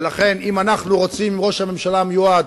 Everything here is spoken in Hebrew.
ולכן, אם אנחנו רוצים, אם ראש הממשלה המיועד,